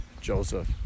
Joseph